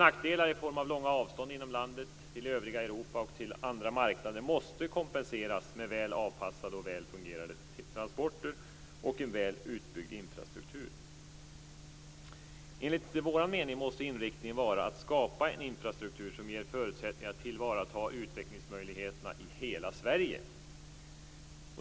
Nackdelar i form av långa avstånd inom landet, till övriga Europa och till andra marknader måste kompenseras med väl avpassade och väl fungerande transporter och en väl utbyggd infrastruktur. Enligt vår mening måste inriktningen vara att skapa en infrastruktur som ger förutsättningar att tillvarata utvecklingsmöjligheterna i hela Sverige.